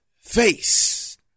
face